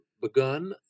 begun